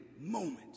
moment